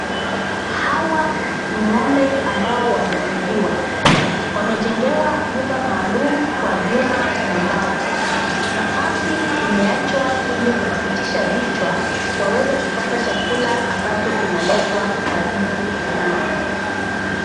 Hawa ni ng'ombe ambao wamefungiwa. Wamejengewa nyumba maalum kwa vyuma na mbao. Nafasi imewachwa ili kupitisha vichwa waweze kupata chakula ambacho kinaletwa karibu nao.